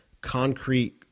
concrete